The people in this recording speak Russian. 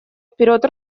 вперед